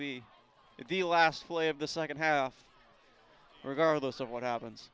be the last play of the second half regardless of what happens